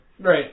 Right